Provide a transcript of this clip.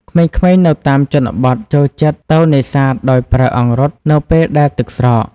ក្មេងៗនៅតាមជនបទចូលចិត្តទៅនេសាទដោយប្រើអង្រុតនៅពេលដែលទឹកស្រក។